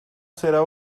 será